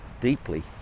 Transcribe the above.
deeply